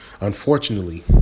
unfortunately